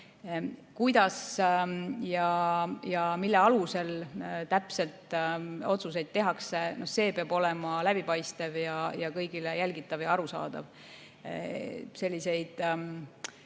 Kuidas ja mille alusel täpselt otsuseid tehakse, see peab olema läbipaistev ja kõigile jälgitav ja arusaadav. Selliseid,